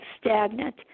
stagnant